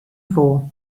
for